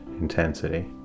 intensity